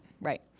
Right